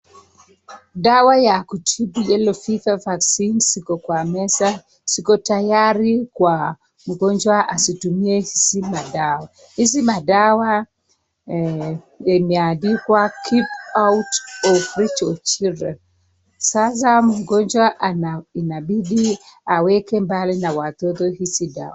Dawa ya kutibu yellow fever vaccine ,(cs), ziko kwa meza ziko tayari kwa mgonjwa azitumie hizi madawa, zimeandikwa keep out of reach of children,(cs), sasa mgonjwa inabidi awekebali na watoto hizi dawa.